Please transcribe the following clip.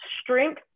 strength